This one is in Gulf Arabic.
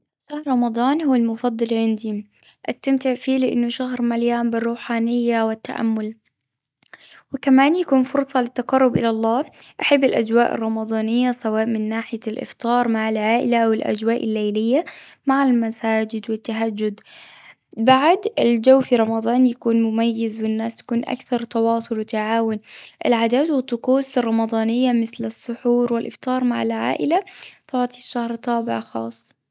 شهر رمضان هو المفضل عندي. أستمتع فيه لأنه شهر مليان بالروحانية والتأمل، وكمان يكون فرصة للتقرب إلى الله. أحب الأجواء الرمضانية، سواء من ناحية الإفطار مع العائلة، والأجواء الليلية مع المساجد والتهجد. بعد الجو في رمضان يكون مميز، والناس تكون أكثر تواصل وتعاون. العادات والطقوس الرمضانية، مثل السحور والإفطار مع العائلة، تعطي الشهر طابع خاص.